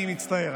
אני מצטער,